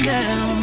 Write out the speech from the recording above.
now